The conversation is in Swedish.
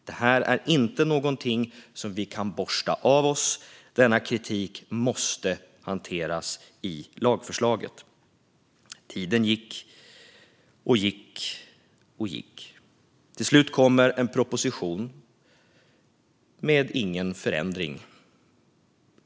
Detta är inte någonting som vi kan borsta av oss, utan denna kritik måste hanteras i lagförslaget. Tiden gick och gick, och till slut kom det en proposition - utan någon förändring.